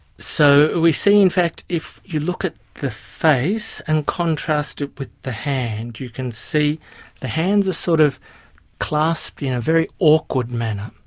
so, we see in fact if you look at the face, and contrast it with the hand, you can see the hands are sort of clasped in a very awkward manner,